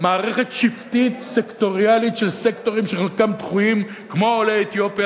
מערכת שבטית סקטוריאלית של סקטורים שחלקם דחויים כמו עולי אתיופיה,